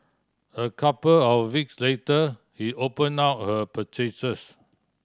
a couple of weeks later he open down her purchases